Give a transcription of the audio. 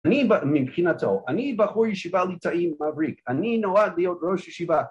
מבחינתו אני בחור ישיבה ליטאי מבריק אני נועד להיות ראש ישיבה